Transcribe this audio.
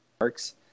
works